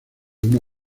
uno